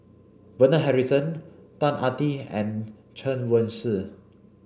Bernard Harrison Ang Ah Tee and Chen Wen Hsi